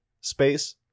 space